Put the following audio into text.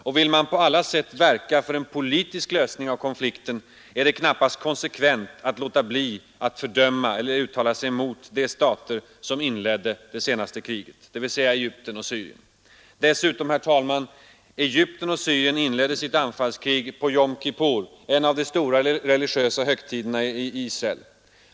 Och vill man på alla sätt verka för en politisk lösning av konflikten, är det knappast konsekvent att låta bli att fördöma eller åtminstone uttala sig mot de stater som inledde det senaste kriget, dvs. Egypten och Syrien. Dessutom, herr talman: Egypten och Syrien inledde sitt anfallskrig på jom kippur, en av de stora religiösa högtiderna i Israel.